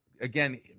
again